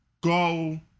go